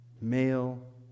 Male